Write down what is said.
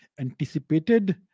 anticipated